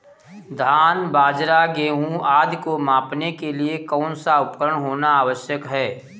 धान बाजरा गेहूँ आदि को मापने के लिए कौन सा उपकरण होना आवश्यक है?